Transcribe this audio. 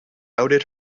outed